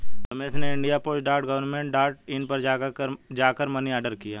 रमेश ने India Post dot government dot in पर जा कर मनी ऑर्डर किया